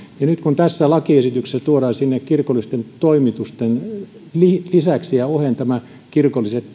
ja nyt kun tässä lakiesityksessä tuodaan sinne kirkollisten toimitusten lisäksi ja oheen nämä kirkolliset